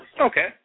Okay